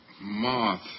moth